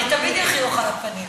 אני תמיד עם חיוך על הפנים.